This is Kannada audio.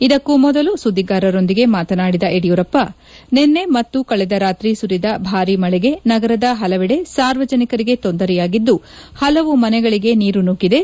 ಇದಕ್ಕೂ ಮೊದಲು ಸುದ್ಗಿಗಾರರೊಂದಿಗೆ ಮಾತನಾಡಿದ ಯಡಿಯೂರಪ್ಪ ನಿನ್ನೆ ಮತ್ತು ಕಳೆದ ರಾತ್ರಿ ಸುರಿದ ಭಾರೀ ಮಳೆಗೆ ನಗರದ ಹಲವೆಡೆ ಸಾರ್ವಜನಿಕರಿಗೆ ತೊಂದರೆಯಾಗಿದ್ದು ಹಲವು ಮನೆಗಳಿಗೆ ನೀರು ನುಗ್ಗಿದೆ